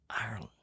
Ireland